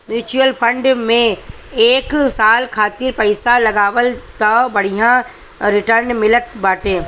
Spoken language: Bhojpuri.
म्यूच्यूअल फंड में एक साल खातिर पईसा लगावअ तअ बढ़िया रिटर्न मिलत बाटे